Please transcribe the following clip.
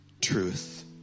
truth